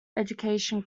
education